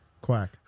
Quack